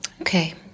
Okay